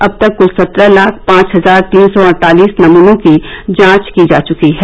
अब तक कुल सत्रह लाख पांच हजार तीन सौ अड़तालीस नमूनों की जांच की जा चुकी है